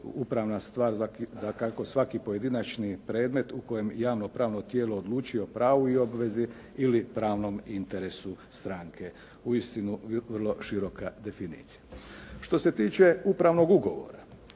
upravna stvar dakako svaki pojedinačni predmet u kojem javno pravno tijelo odlučio o pravu i obvezi ili pravnom interesu stranke. Uistinu vrlo široka definicija. Što se tiče upravnog ugovora,